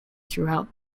throughout